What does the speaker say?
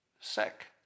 Sick